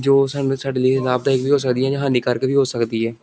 ਜੋ ਸਾਨੂੰ ਸਾਡੇ ਲਈ ਲਾਭਦਾਇਕ ਵੀ ਹੋ ਸਕਦੀ ਹੈ ਜਾਂ ਹਾਨੀਕਾਰਕ ਵੀ ਹੋ ਸਕਦੀ ਹੈ